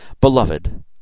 Beloved